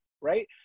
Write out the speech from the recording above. right